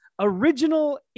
original